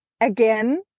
again